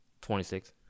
26